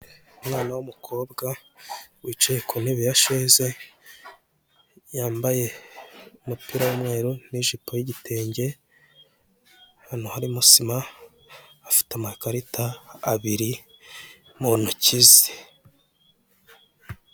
Umwana w'umukobwa, wicaye ku ntebe ya sheze, yambaye umupira w'umweru n'ijipo y'igitenge, ahantu harimo sima, afite amakarita abiri mu ntoki ze.